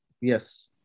Yes